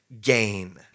gain